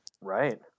Right